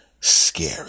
scary